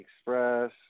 Express